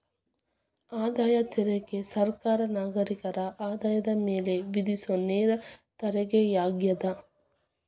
ಆದಾಯ ತೆರಿಗೆ ಸರ್ಕಾರಕ್ಕ ನಾಗರಿಕರ ಆದಾಯದ ಮ್ಯಾಲೆ ವಿಧಿಸೊ ನೇರ ತೆರಿಗೆಯಾಗ್ಯದ